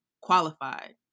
qualified